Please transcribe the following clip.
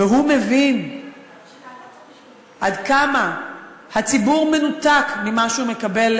והוא מבין עד כמה הציבור מנותק ממה שהוא מקבל,